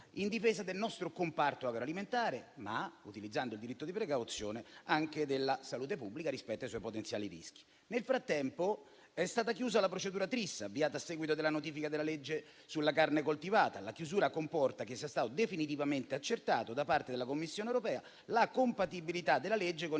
in difesa del nostro comparto agroalimentare, ma, utilizzando il diritto di precauzione, anche della salute pubblica rispetto ai suoi potenziali rischi. Nel frattempo è stata chiusa la procedura Tris, avviata a seguito della notifica della legge sulla carne coltivata. La chiusura comporta che sia stata definitivamente accertata da parte della Commissione europea la compatibilità della legge con